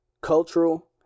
cultural